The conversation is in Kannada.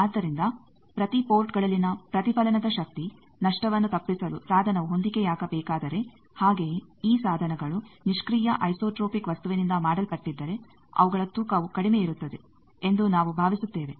ಆದ್ದರಿಂದ ಪ್ರತಿ ಪೋರ್ಟ್ಗಳಲ್ಲಿನ ಪ್ರತಿಫಲನದ ಶಕ್ತಿ ನಷ್ಟವನ್ನು ತಪ್ಪಿಸಲು ಸಾಧನವು ಹೊಂದಿಕೆಯಾಗಬೇಕಾದರೆ ಹಾಗೆಯೇ ಈ ಸಾಧನಗಳು ನಿಷ್ಕ್ರಿಯ ಐಸೋಟ್ರೋಪಿಕ್ ವಸ್ತುವಿನಿಂದ ಮಾಡಲ್ಪಟ್ಟಿದ್ದರೆ ಅವುಗಳ ತೂಕವು ಕಡಿಮೆ ಇರುತ್ತದೆ ಎಂದು ನಾವು ಭಾವಿಸುತ್ತೇವೆ